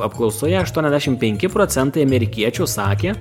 apklausoje aštuoniasdešim penki procentai amerikiečių sakė